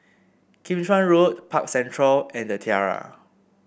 Kim Chuan Road Park Central and The Tiara